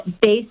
based